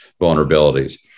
vulnerabilities